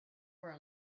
were